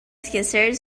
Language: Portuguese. esquecer